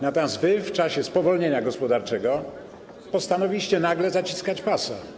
Natomiast wy w czasie spowolnienia gospodarczego postanowiliście nagle zaciskać pasa.